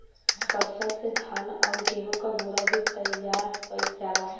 पटसन से धान आउर गेहू क बोरा भी तइयार कइल जाला